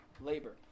labor